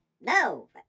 No